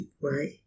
right